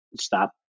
stop